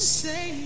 say